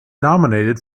nominated